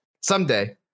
Someday